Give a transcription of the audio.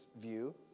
view